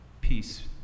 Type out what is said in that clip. Peace